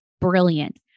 brilliant